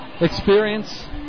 experience